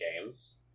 games